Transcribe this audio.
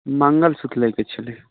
मँगलसूत्र लैके छलै हँ